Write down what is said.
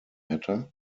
matter